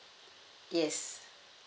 yes